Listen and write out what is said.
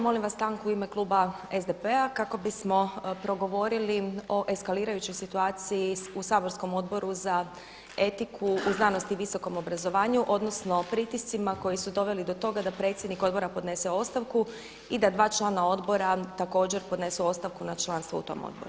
Molim vas stanku u ime kluba SDP-a kako bismo progovorili o eskalirajućoj situaciji u saborskom Odboru za etiku u znanosti i visokom obrazovanju odnosno pritiscima koji su doveli do toga da predsjednik odbora podnese ostavku i da dva člana odbora također podnesu ostavku na članstvo u tom odboru.